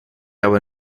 aber